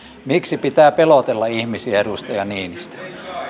miksi pitää pelotella ihmisiä edustaja niinistö